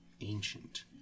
ancient